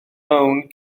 mewn